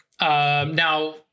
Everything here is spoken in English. now